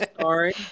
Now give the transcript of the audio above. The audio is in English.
sorry